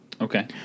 Okay